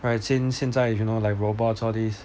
right since 现在 you know like robots all these